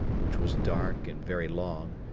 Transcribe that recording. which was dark and very long,